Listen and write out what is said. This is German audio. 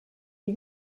die